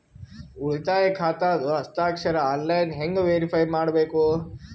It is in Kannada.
ಉಳಿತಾಯ ಖಾತಾದ ಹಸ್ತಾಕ್ಷರ ಆನ್ಲೈನ್ ಹೆಂಗ್ ವೇರಿಫೈ ಮಾಡಬೇಕು?